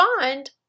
find